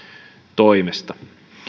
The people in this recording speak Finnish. toimesta